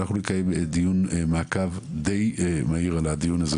אנחנו נקיים דיון מעקב די מהיר על מנת לעקוב אחרי זה.